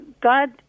God